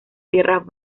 tierras